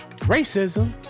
racism